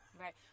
Right